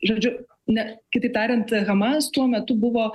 žodžiu ne kitaip tariant hamas tuo metu buvo